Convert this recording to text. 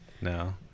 No